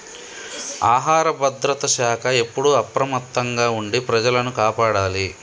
ఆహార భద్రత శాఖ ఎప్పుడు అప్రమత్తంగా ఉండి ప్రజలను కాపాడాలి